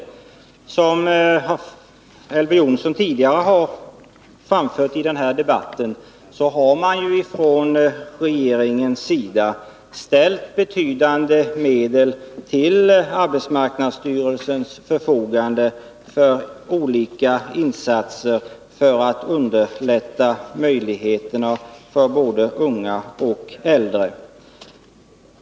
Som Elver Jonsson tidigare har framfört i den här debatten, har man från regeringens sida ställt betydande medel till arbetsmarknadsstyrelsens förfogande för olika insatser för att underlätta möjligheterna för både unga och äldre.